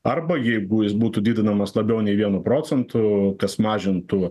arba jeigu jis būtų didinamas labiau nei vienu procentu kas mažintų